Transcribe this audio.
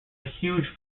huge